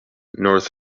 north